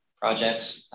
project